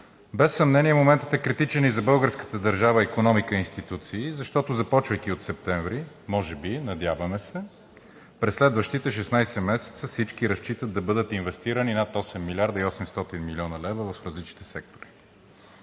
Без съмнение моментът е критичен и за българската държава, икономика и институции, защото, започвайки от септември – може би, надяваме се, през следващите 16 месеца всички разчитат да бъдат инвестирани над 8 млрд. 800 млн. лв. в различните сектори.